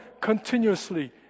continuously